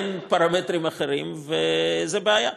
אין פרמטרים אחרים, וזאת בעיה.